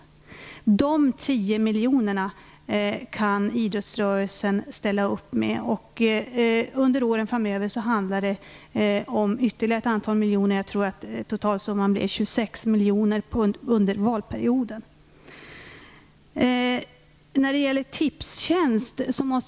De 10 miljonerna kan idrottsrörelsen ställa upp med. Under åren framöver handlar det om ytterligare ett antal miljoner - jag tror att totalsumman blir 26 miljoner under valperioden. Sedan till frågan om Tipstjänst.